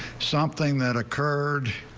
something that occurred.